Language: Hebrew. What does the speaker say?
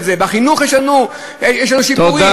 בחינוך יש לנו שיפורים?